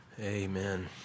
Amen